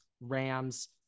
Rams